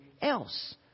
else